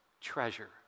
treasure